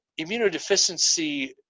Immunodeficiency